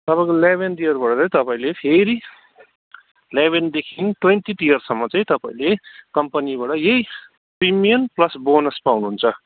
तपाईँको इलेभेन्थ इयरबाट चाहिँ तपाईँले फेरि इलेभेन्थदेखि ट्वेन्टिथ इयरसम्म चाहिँ तपाईँले कम्पनीबाट यही प्रिमियम प्लस बोनस पाउनुहुन्छ